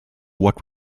what